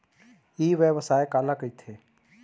ई व्यवसाय काला कहिथे?